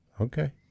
Okay